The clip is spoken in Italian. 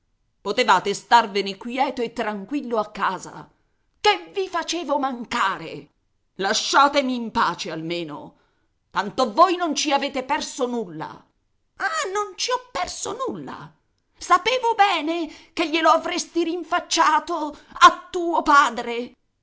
potevate starvene quieto e tranquillo a casa che vi facevo mancare lasciatemi in pace almeno tanto voi non ci avete perso nulla ah non ci ho perso nulla sapevo bene che glielo avresti rinfacciato a tuo padre